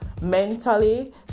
mentally